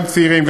גם צעירים,